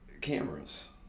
cameras